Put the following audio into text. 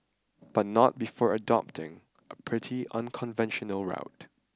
but not before adopting a pretty unconventional route